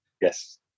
Yes